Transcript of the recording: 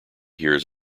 hears